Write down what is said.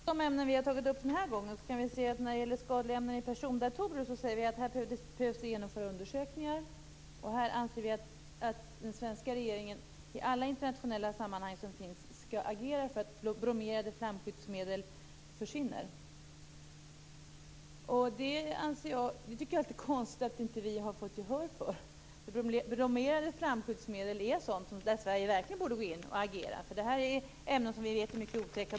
Herr talman! Om man tittar på de ämnen vi har tagit upp den här gången kan man se att när det gäller skadliga ämnen i persondatorer säger vi att det behöver genomföras undersökningar och att vi anser att den svenska regeringen i alla internationella sammanhang skall agera för att bromerade flamskyddsmedel försvinner. Jag tycker att det är konstigt att vi inte har fått gehör för detta. När det gäller bromerade flamskyddsmedel borde Sverige verkligen agera. Det är ämnen som vi vet är mycket otäcka.